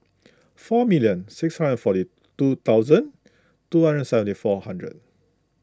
four million six five or forty two thousand two hundred and seventy four hundred